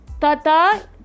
Tata